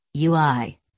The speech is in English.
UI